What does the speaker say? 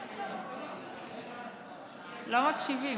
לא מקשיבים.